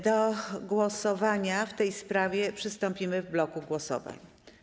Do głosowania w tej sprawie przystąpimy w bloku głosowań.